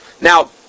Now